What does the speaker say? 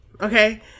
okay